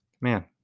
Man